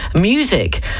music